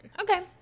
okay